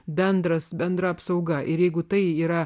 bendras bendra apsauga ir jeigu tai yra